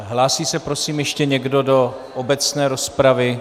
Hlásí se prosím ještě někdo do obecné rozpravy?